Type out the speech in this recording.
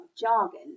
jargon